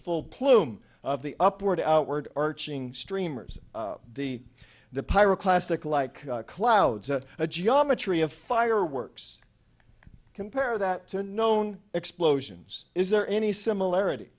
full plume of the upward outward arching streamers the the pirate plastic like clouds and a geometry of fireworks compare that to known explosions is there any similarity